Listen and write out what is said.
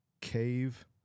Cave